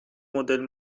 مدل